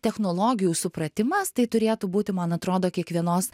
technologijų supratimas tai turėtų būti man atrodo kiekvienos